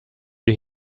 you